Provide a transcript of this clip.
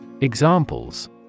Examples